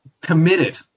committed